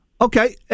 Okay